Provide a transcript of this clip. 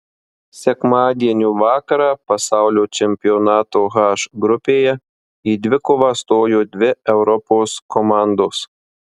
sekmadienio vakarą pasaulio čempionato h grupėje į dvikovą stojo dvi europos komandos